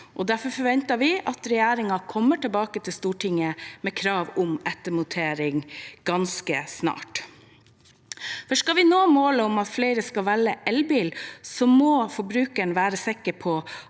derfor forventer vi at regjeringen kommer tilbake til Stortinget med krav om ettermontering ganske snart. Skal vi nå målet om at flere skal velge elbil, må forbrukerne være sikre på